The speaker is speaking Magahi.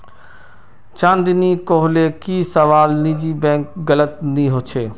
नंदिनी कोहले की सब ला निजी बैंक गलत नि होछे